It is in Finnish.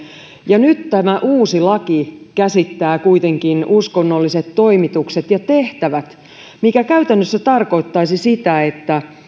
ja nyt tämä uusi laki käsittää kuitenkin uskonnolliset toimitukset ja tehtävät mikä käytännössä tarkoittaisi sitä että